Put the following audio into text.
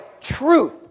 truth